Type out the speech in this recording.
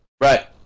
Right